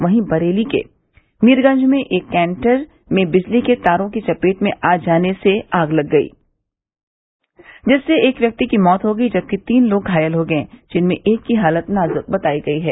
वहीं बरेली के मीरगंज में एक कैंटर में बिजली के तारों की चपेट में आने से आग लग गई जिससे एक व्यक्ति की मौत हो गई जबकि तीन लोग घायल हो गये हैं जिनमें एक की हालत नाजुक बताई गई है